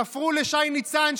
תפרו לשי ניצן,